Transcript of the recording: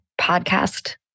podcast